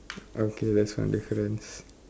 okay that's one difference